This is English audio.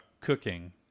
cooking